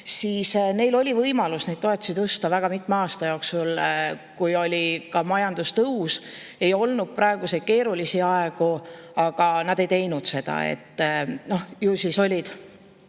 siis neil oli võimalus neid toetusi tõsta väga mitme aasta jooksul, kui oli ka majandustõus, ei olnud praeguseid keerulisi aegu, aga nad ei teinud seda. Ju siis olid